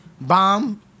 bomb